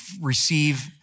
receive